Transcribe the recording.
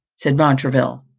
said montraville.